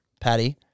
Patty